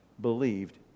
believed